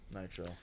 Nitro